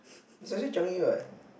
is either Changi what